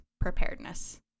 preparedness